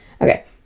okay